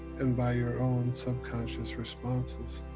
and by your own subconscious responses.